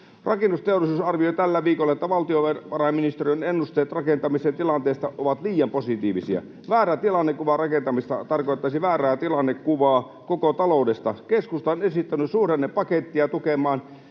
Rakennusteollisuus arvioi tällä viikolla, että valtiovarainministeriön ennusteet rakentamisen tilanteesta ovat liian positiivisia. Väärä tilannekuva rakentamisesta tarkoittaisi väärää tilannekuvaa koko taloudesta. Keskusta on esittänyt suhdannepakettia tukemaan